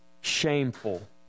shameful